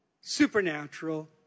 supernatural